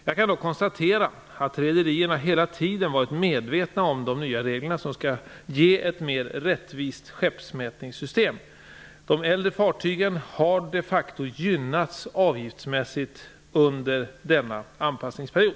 Jag kan dock konstatera att rederierna hela tiden varit med vetna om de nya reglerna som skall ge ett mer rättvist skeppsmätningssystem. De äldre fartygen har de facto gynnats avgiftsmässigt under denna anpassningsperiod.